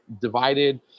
divided